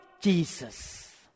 Jesus